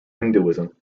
hinduism